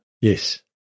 Yes